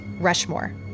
Rushmore